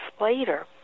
later